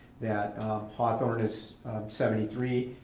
that hawthorn is seventy three,